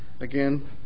Again